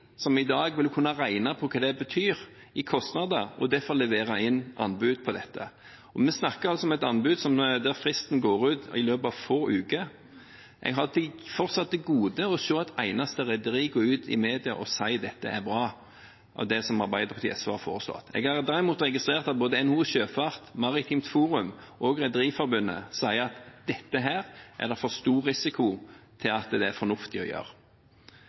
som i dag vil kunne regne på hva det betyr i kostnader, og derfor levere inn anbud på dette. Vi snakker altså om et anbud der fristen går ut i løpet av få uker. Jeg har fortsatt til gode å se et eneste rederi gå ut i media og si at det er bra, det som Arbeiderpartiet og SV har foreslått. Jeg har derimot registrert at både NHO Sjøfart, Maritimt Forum og Rederiforbundet sier at her er det for stor risiko til at det er fornuftig å gjøre.